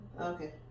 Okay